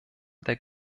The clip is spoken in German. der